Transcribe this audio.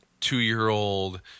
two-year-old